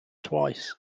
twice